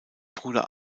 bruder